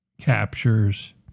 captures